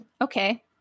okay